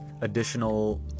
additional